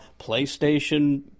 PlayStation